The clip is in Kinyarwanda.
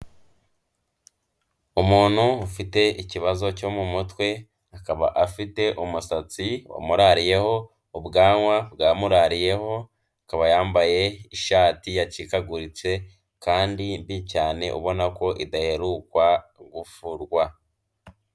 Umuntu ufite ikibazo cyo mu mutwe, akaba afite umusatsi wamurariyeho, ubwanwa bwamurariyeho, akaba yambaye ishati yacikaguritse kandi mbi cyane ubona ko idaherukwa gufurwa.